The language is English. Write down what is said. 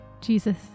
Jesus